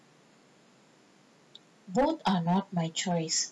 both are not my choice